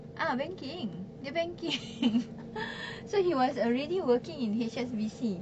ah banking dia banking so he was already working in H_S_B_C